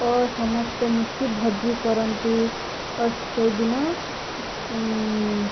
ଓ ସମସ୍ତେ ମିଶି ଭୋଜି କରନ୍ତି ଓ ସେଇଦିନ